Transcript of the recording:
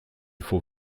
faut